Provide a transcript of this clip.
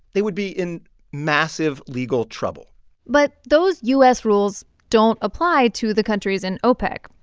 they would be in massive legal trouble but those u s. rules don't apply to the countries in opec.